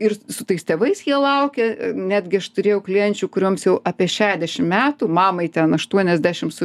ir su tais tėvais jie laukia netgi aš turėjau klienčių kurioms jau apie šedešim metų mamai ten aštuoniasdešim su